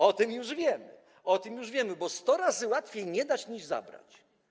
O tym już wiemy, o tym wiemy, bo 100 razy łatwiej nie dać, niż zabrać.